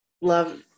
love